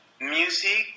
music